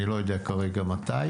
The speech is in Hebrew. אני לא יודע כרגע מתי.